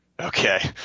okay